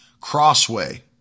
Crossway